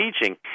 teaching